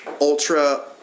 ultra